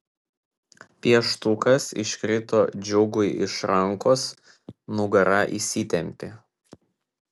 pieštukas iškrito džiugui iš rankos nugara įsitempė